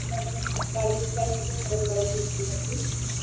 ଗାଡ଼ି ସୁବିଧା ହୋଟେଲ ତରଫରୁ